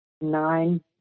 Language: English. nine